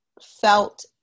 felt